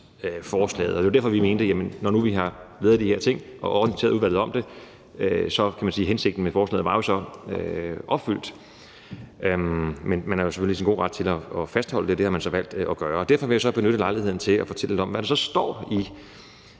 beslutningsforslaget. Og det er derfor, vi mente, at når nu vi har lavet de her ting og orienteret udvalget om det, kunne man sige, at hensigten med forslaget jo så var opfyldt. Men man er jo selvfølgelig i sin gode ret til at fastholde det, og det har man så valgt at gøre. Derfor vil jeg benytte lejligheden til at fortælle lidt om, hvad der så står i